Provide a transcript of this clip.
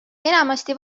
enamasti